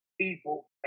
people